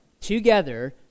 together